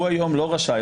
הוא היום לא רשאי,